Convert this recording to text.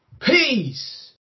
Peace